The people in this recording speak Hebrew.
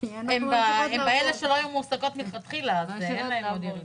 כי הנשים המבוגרות לא היו מועסקות מלכתחילה אז לא רואים עוד ירידה.